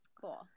cool